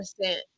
percent